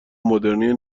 مدرنی